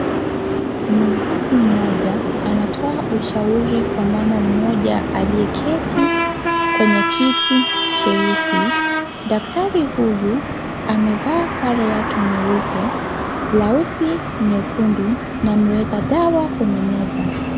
Muuguzi mmoja anatoa ushauri kwa mama mmoja aliyeketi kwenye kiti cheusi, daktari huyu amevaa sare yake nyeupe, blausi nyeundu na ameweka dawa kwenye meza.